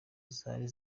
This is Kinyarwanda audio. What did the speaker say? zari